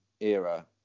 era